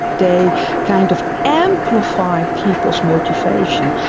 they kind of amplify people's motivation.